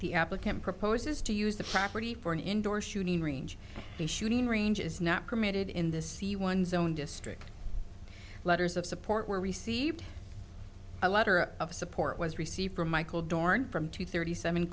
the applicant proposes to use the property for an indoor shooting range the shooting range is not permitted in this see one's own district the letters of support were received a letter of support was received from michael dorn from two thirty seven